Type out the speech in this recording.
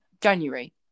January